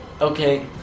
Okay